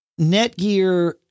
Netgear